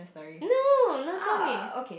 no no tell me